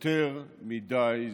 יותר מדי זמן.